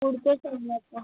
पुढचं सांग आता